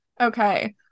Okay